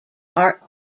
are